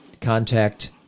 contact